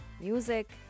music